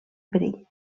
perill